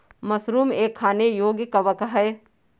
mushroom एक खाने योग्य कवक है